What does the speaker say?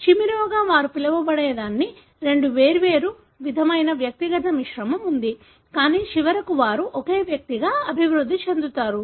chimera గా వారు పిలవబడేదానికి రెండు వేర్వేరు విధమైన వ్యక్తిగత మిశ్రమం ఉంది కానీ చివరికి వారు ఒకే వ్యక్తిగా అభివృద్ధి చెందుతారు